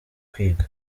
kwiga